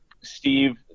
Steve